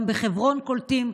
גם בחברון קולטים,